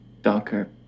darker